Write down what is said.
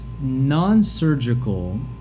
non-surgical